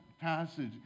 passage